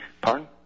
Pardon